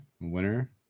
winner